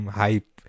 hype